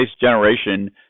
generation